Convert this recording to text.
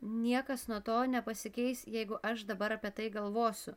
niekas nuo to nepasikeis jeigu aš dabar apie tai galvosiu